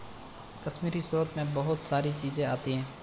कश्मीरी स्रोत मैं बहुत सारी चीजें आती है